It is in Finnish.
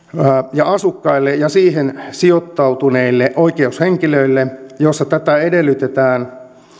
ja asukkaille ja siihen sijoittautuneille oikeushenkilöille jossa tätä edellytetään